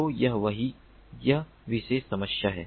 तो यह वही यह विशेष समस्या है